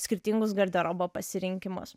skirtingus garderobo pasirinkimus